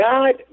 God